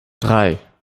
drei